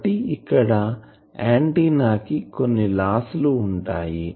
కాబట్టి ఇక్కడ ఆంటిన్నా కి కొన్ని లాస్ లు ఉంటాయి